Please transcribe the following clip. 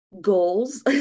goals